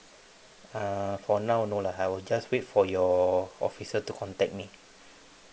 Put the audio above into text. uh for now no lah I will just wait for your officer to contact me